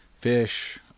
Fish